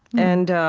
and